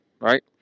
right